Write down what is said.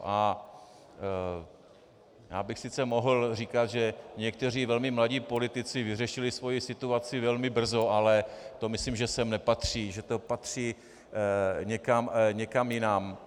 A já bych sice mohl říkat, že někteří velmi mladí politici vyřešili svoji situaci velmi brzy, ale to myslím, že sem nepatří, že to patří někam jinam.